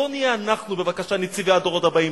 בואו נהיה אנחנו בבקשה נציבי הדורות הבאים,